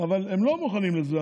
אבל הם לא מוכנים לזה.